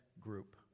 group